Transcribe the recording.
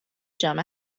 جام